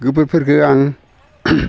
गोबोरफोरखो आं